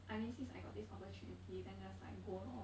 I mean since I got this opportunity then just like go lor